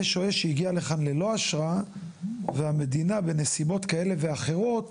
ויש שוהה שהגיע לכאן ללא אשרה והמדינה בנסיבות כאלה ואחרות